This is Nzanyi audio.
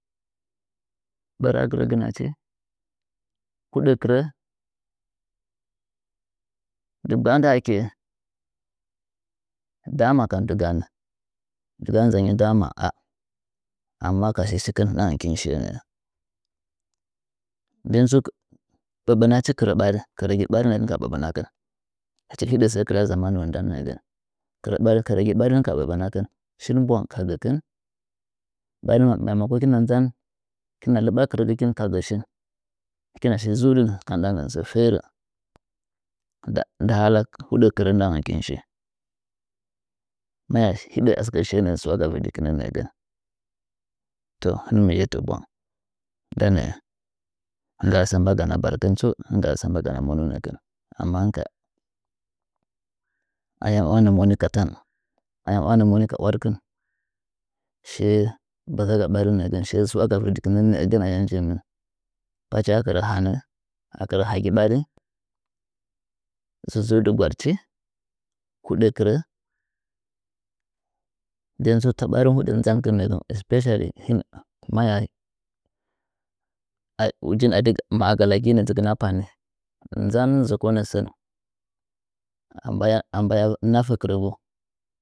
Ɓɚrɚ akirɚ ginachi huɗɨ kɨrɚ digg ba nda ake’ɚ dama kam dɨga hanɚ dɨga ha nzayin damaa amma ka shishi kɨn ndɨɗangɚkɨn shi ndɚn tsu ɓaɓanachi kɨrɚ kɚrɚgit ɓarin ka ɓanakɨn hɨchi hiɗɚ sɚ kɨrya zamanuwon ndan nɚɚgɚn k ɨra kɚrɚgi ɓarin ka ɓaɓnakɨh shin ɓwang ka gɚkɨh ɓarin mai mako hikina nzan kɨna lɨ ɓa kɨrɚgɚkɨh kagɚ shih kiwa shi zudɨn ka ndɨɗa ngɚn sɚ ferɚ nda hala hudɨ kɨrɚ ka i ndɨɗangɚkin shi maya hiɗɚ achi shiye nɚɚ su’waga vɨdikɨh nɚɚgɚn to hɨmmɨ yette bwang nda nɚɚ mase mbagana barkɨn tsu nɚɚ sɚ m’ba gana monunɚkɨn amma hɨn ka ayam wamna moni ka tan wamna moni ka wadɨkin shiye ngga nggara ɓarih nɚɚgɚh shiye su’wa vɨdikinɚ nɚɚgɚn ayam nji mɨh pachi akɨrɚ hanɚ akɨrɚ hagi ɓari sɚ zudɨgwaɗchi huɗa kɨrɚ nden tsa ta ɓari huɗɚ nzamkɨn nɚɚgɚn especially hɨh maya uji ama aga laginɚ ka dzɨkɨh a pani zanum zoko nɚsɚn a mbaya ambaya nafe kɨrɚgu.